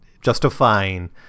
justifying